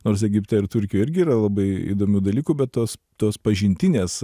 nors egipte ir turkijoj irgi yra labai įdomių dalykų bet tos tos pažintinės